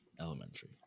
elementary